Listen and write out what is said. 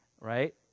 right